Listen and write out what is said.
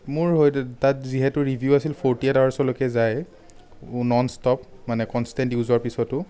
মোৰ সৈ তাত যিহেতু ৰিভিউ আছিল ফ'ৰটী এইট আৱাৰচলৈকে যায় ন'নষ্টপ মানে কনষ্টেন্ট ইউজৰ পিছতো